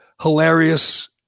hilarious